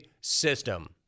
system